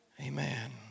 amen